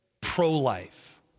pro-life